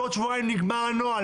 בעוד שבועיים נגמר הנוהל,